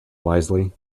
wisely